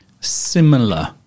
similar